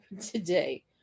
Today